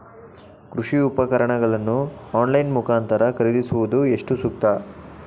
ಕೃಷಿ ಉಪಕರಣಗಳನ್ನು ಆನ್ಲೈನ್ ಮುಖಾಂತರ ಖರೀದಿಸುವುದು ಎಷ್ಟು ಸೂಕ್ತ?